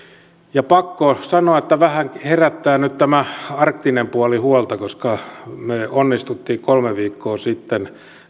ja pakko sanoa että vähän herättää nyt tämä arktinen puoli huolta koska me onnistuimme kolme viikkoa sitten